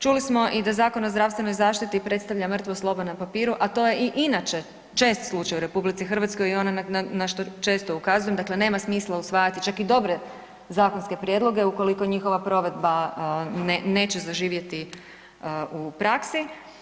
Čuli smo i da Zakon o zdravstvenoj zaštiti predstavlja mrtvo slovo na papiru, a to je i inače čest slučaj u RH i ono na što često ukazujem, dakle nema smisla usvajati čak i dobre zakonske prijedloge ukoliko njihova provedba neće zaživjeti u praksi.